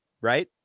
right